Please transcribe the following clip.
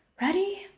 Ready